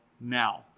now